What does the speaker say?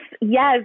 Yes